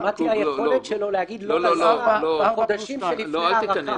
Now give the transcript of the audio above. אבל מה תהיה היכולת שלו להגיד לא לשר בחודשים שלפני ההארכה?